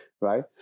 right